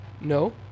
No